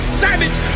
savage